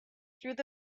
through